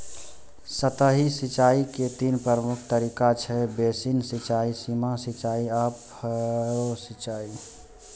सतही सिंचाइ के तीन प्रमुख तरीका छै, बेसिन सिंचाइ, सीमा सिंचाइ आ फरो सिंचाइ